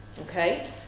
okay